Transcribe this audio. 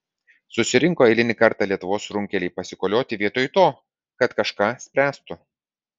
susirinko eilinį kartą lietuvos runkeliai pasikolioti vietoj to kad kažką spręstų